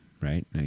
right